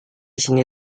sini